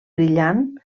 brillant